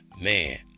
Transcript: Man